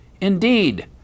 Indeed